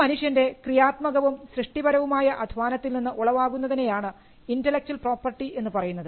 ഒരു മനുഷ്യൻറെ ക്രിയാത്മകവും സൃഷ്ടിപരവുമായ അധ്വാനത്തിൽ നിന്ന് ഉളവാകുന്നതിനെയാണ് ഇൻൻറലെക്ച്വൽ പ്രോപ്പർട്ടി എന്ന് പറയുന്നത്